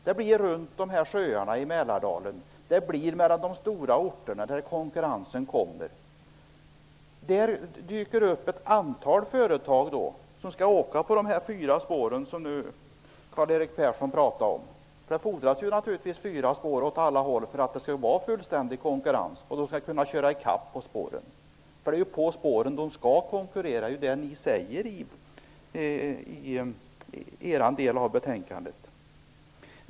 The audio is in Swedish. Det blir konkurrens i Mälardalen och på sträckor mellan de stora orterna. Det dyker upp ett antal företag som skall åka på de fyra spår som Karl-Erik Persson pratar om. Det fordras naturligtvis fyra spår åt alla håll för att det skall kunna bli en fullständig konkurrens och för att företagen skall kunna köra i kapp på spåren. Det är ju på spåren de skall konkurrera. Det säger ni i er del av betänkandet.